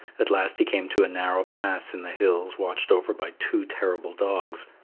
at last he came to a narrow pass in the hills watched over by two terrible dogs.